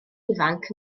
ifanc